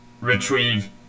retrieve